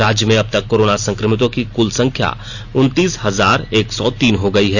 राज्य में अब तक कोरोना संक्रमितों की कुल संख्या उन्नतीस हजार एक सौ तीन हो गयी है